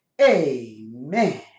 Amen